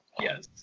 Yes